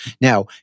Now